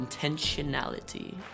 intentionality